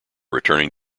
returning